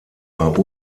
war